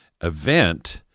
event